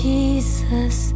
Jesus